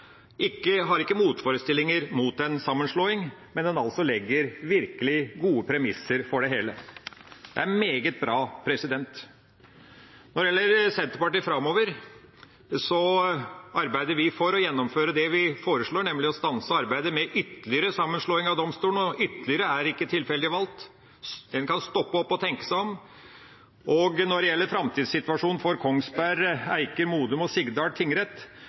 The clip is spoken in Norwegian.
meget bra. Når det gjelder Senterpartiet framover, arbeider vi for å gjennomføre det vi foreslår, nemlig å stanse arbeidet med ytterligere sammenslåing av domstolene. Ordet «ytterligere» er ikke tilfeldig valgt. En kan stoppe opp og tenke seg om. Når det gjelder framtidssituasjonen for Kongsberg tingrett og Eiker, Modum og Sigdal tingrett,